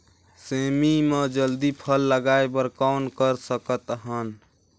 सेमी म जल्दी फल लगाय बर कौन कर सकत हन?